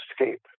escape